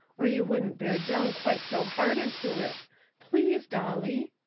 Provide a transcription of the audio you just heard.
or you wouldn't bear down quite so hard onto it please, dolly!